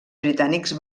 britànics